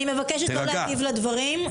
אני מבקשת לא להגיב לדברים.